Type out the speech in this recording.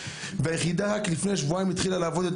והיחידה רק לפני שבועיים התחילה לעבוד,